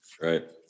right